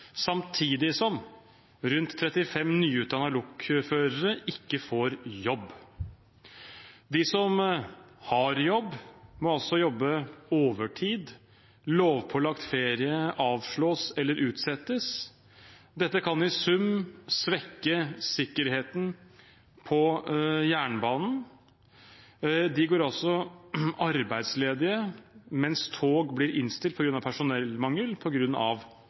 samtidig som rundt 35 nyutdannede lokførere ikke får jobb. De som har jobb, må altså jobbe overtid. Lovpålagt ferie avslås eller utsettes. Dette kan i sum svekke sikkerheten på jernbanen. Noen går altså arbeidsledige mens tog blir innstilt på grunn av personellmangel,